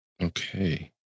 Okay